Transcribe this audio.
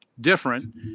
different